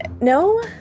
No